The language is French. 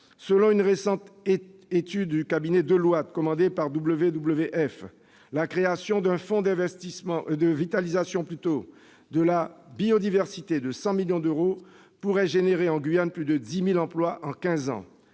selon une récente étude du cabinet Deloitte commandée par le WWF, la création d'un fonds de vitalisation de la biodiversité de 100 millions d'euros pourrait générer en Guyane plus de 10 000 emplois en quinze